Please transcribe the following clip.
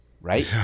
right